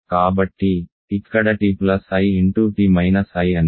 కాబట్టి ఇక్కడ t i t i అనేది t స్క్వేర్ ప్లస్ 1 అవుతుంది